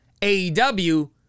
AEW